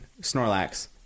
Snorlax